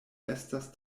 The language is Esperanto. estas